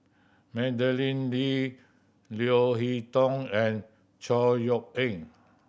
Madeleine Lee Leo Hee Tong and Chor Yeok Eng